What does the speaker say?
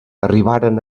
arribaren